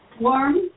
Warm